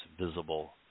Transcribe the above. visible